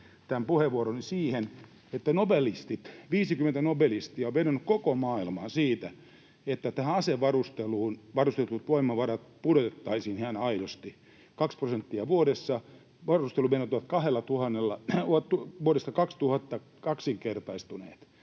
tämän puheenvuoroni siihen, että nobelistit, 50 nobelistia, ovat vedonneet koko maailmaan siinä, että asevarusteluun varustetut voimavarat pudotettaisiin ihan aidosti — 2 prosenttia vuodessa. Varustelumenot ovat vuodesta 2000 kaksinkertaistuneet.